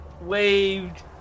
waved